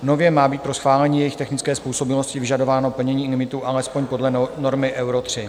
Nově má být pro schválení jejich technické způsobilosti vyžadováno plnění limitů alespoň podle normy Euro 3.